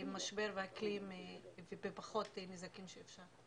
משבר האקלים בפחות נזקים שאפשר.